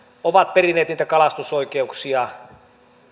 ovat perineet niitä kalastusoikeuksia